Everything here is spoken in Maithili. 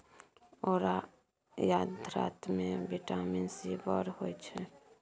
औरा या धातृ मे बिटामिन सी बड़ होइ छै